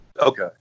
Okay